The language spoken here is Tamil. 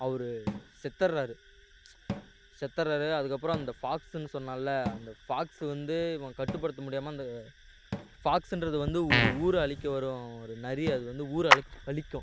அவர் செத்தடுராரு செத்தடுராரு அதுக்கப்புறம் அந்த ஃபாக்ஸுன்னு சொன்னேன்ல அந்த ஃபாக்ஸ் வந்து இவன் கட்டுப்படுத்த முடியாமல் அந்த ஃபாக்ஸுன்றது வந்து ஒரு ஊரை அழிக்க வரும் ஒரு நரி அது வந்து ஊரை அழி அழிக்கும்